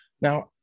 Now